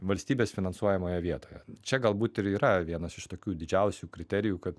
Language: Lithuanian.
valstybės finansuojamoje vietoje čia galbūt ir yra vienas iš tokių didžiausių kriterijų kad